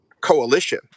coalition